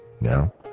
Now